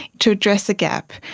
to address a gap,